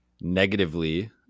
negatively